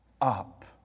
up